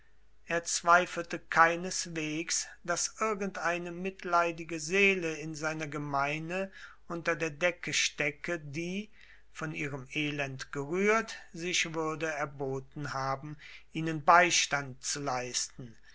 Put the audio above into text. er zweifelte keineswegs daß irgendeine mitleidige seele in seiner gemeine unter der decke stecke die von ihrem elend gerührt sich würde erboten haben ihnen beistand zu leisten